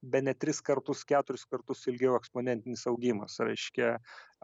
bene tris kartus keturis kartus ilgiau eksponentinis augimas reiškia